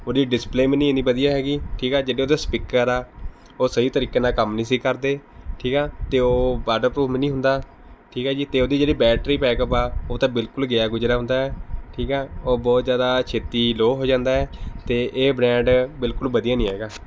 ਉਹਦੀ ਡਿਸਪਲੇਅ ਵੀ ਨਹੀਂ ਇੰਨੀ ਵਧੀਆ ਹੈਗੀ ਠੀਕ ਹੈ ਜਿਹੜੇ ਉਹਦੇ ਸਪੀਕਰ ਆ ਉਹ ਸਹੀ ਤਰੀਕੇ ਨਾਲ ਕੰਮ ਨਹੀਂ ਸੀ ਕਰਦੇ ਠੀਕ ਆ ਅਤੇ ਉਹ ਵਾਟਰਪ੍ਰੂਫ਼ ਵੀ ਨਹੀਂ ਹੁੰਦਾ ਠੀਕ ਆ ਜੀ ਅਤੇ ਉਹਦੀ ਜਿਹੜੀ ਬੈਟਰੀ ਬੈਕਅੱਪ ਆ ਉਹ ਤਾਂ ਬਿਲਕੁਲ ਗਿਆ ਗੁਜ਼ਰਿਆ ਹੁੰਦਾ ਹੈ ਠੀਕ ਹੈ ਉਹ ਬਹੁਤ ਜ਼ਿਆਦਾ ਛੇਤੀ ਲੋਅ ਹੋ ਜਾਂਦਾ ਹੈ ਅਤੇ ਇਹ ਬ੍ਰੈਂਡ ਬਿਲਕੁਲ ਵਧੀਆ ਨਹੀਂ ਹੈਗਾ